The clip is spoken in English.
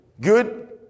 good